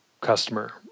customer